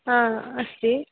हा अस्ति